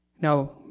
Now